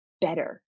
better